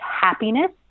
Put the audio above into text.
happiness